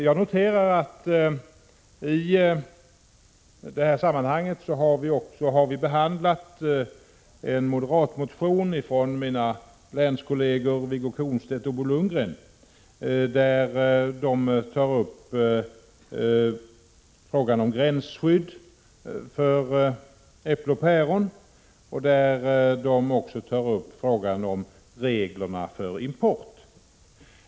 Jag noterar att vi i det här sammanhanget har behandlat en moderat motion av mina länskolleger Wiggo Komstedt och Bo Lundgren, där de tar upp frågan om gränsskydd för äpple och päron och även frågan om reglerna för import.